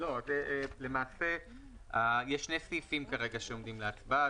יש שני סעיפים שעומדים כרגע להצבעה.